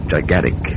Gigantic